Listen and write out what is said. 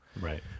right